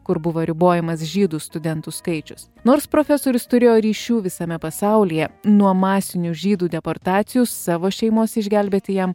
kur buvo ribojamas žydų studentų skaičius nors profesorius turėjo ryšių visame pasaulyje nuo masinių žydų deportacijų savo šeimos išgelbėti jam